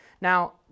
Now